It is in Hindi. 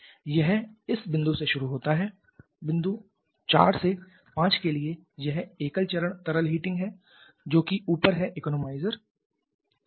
यह इस बिंदु से शुरू होता है बिंदु 4 से 5 के लिए यह एकल चरण तरल हीटिंग है जो कि ऊपर है economizer है